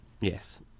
yes